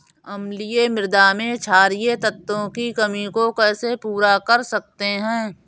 अम्लीय मृदा में क्षारीए तत्वों की कमी को कैसे पूरा कर सकते हैं?